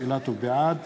בעד